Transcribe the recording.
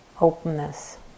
openness